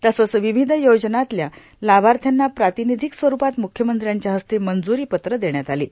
तसंच र्वावध योजनातल्या लाभाथ्याना प्रार्तानाधक स्वरूपात मुख्यमंत्र्यांच्या हस्ते मंजूरांपत्र देण्यात आलो